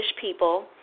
people